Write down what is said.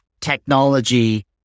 technology